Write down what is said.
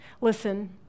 listen